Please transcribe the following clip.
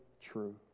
true